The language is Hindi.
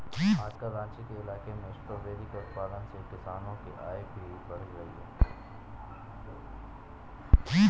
आजकल राँची के इलाके में स्ट्रॉबेरी के उत्पादन से किसानों की आय भी बढ़ रही है